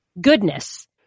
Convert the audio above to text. goodness